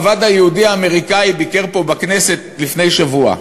הוועד היהודי-אמריקני ביקר פה בכנסת לפני שבוע.